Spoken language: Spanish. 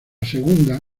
segunda